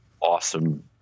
awesome